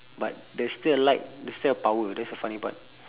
but there's still light there's still power that's the funny part